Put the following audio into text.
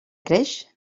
creix